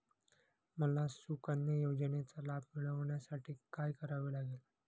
मला सुकन्या योजनेचा लाभ मिळवण्यासाठी काय करावे लागेल?